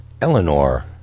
Eleanor